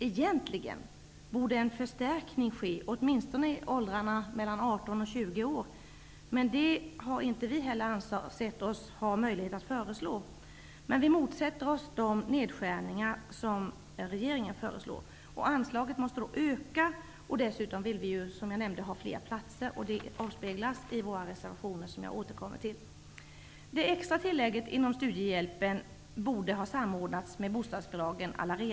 Egentligen borde en förstärkning ske, åtminstone i åldrarna 18--20 år. Men det har inte vi heller ansett oss ha möjlighet att föreslå. Vi motsätter oss dock de nedskärningar som regeringen föreslår. Anslaget måste öka, och dessutom vill vi ha fler platser. Det avspeglas i våra reservationer. Jag återkommer till det. Det extra tillägget inom studiehjälpen borde redan ha samordnats med bostadsbidragen.